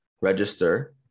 register